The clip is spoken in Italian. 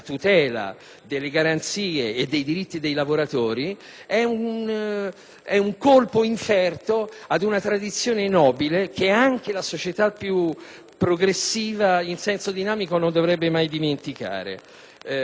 delle garanzie e dei diritti dei lavoratori è un colpo inferto ad una tradizione nobile che anche la società più progressiva in senso dinamico non dovrebbe mai dimenticare.